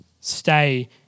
stay